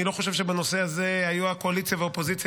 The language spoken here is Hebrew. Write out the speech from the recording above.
אני לא חושב שבנושא הזה היו קואליציה ואופוזיציה.